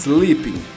Sleeping